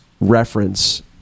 reference